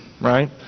right